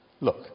Look